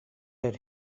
has